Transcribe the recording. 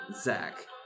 Zach